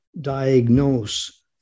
diagnose